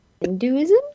Hinduism